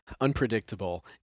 unpredictable